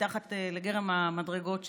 מתחת לגרם המדרגות שם.